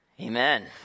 amen